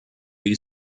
die